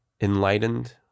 enlightened